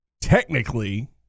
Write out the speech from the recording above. technically